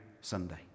Sunday